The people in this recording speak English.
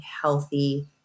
healthy